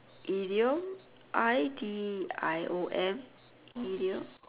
idiom I D I O M idiom